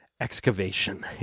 excavation